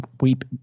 weep